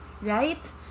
Right